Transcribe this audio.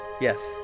Yes